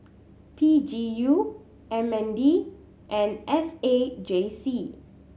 P G U M N D and S A J C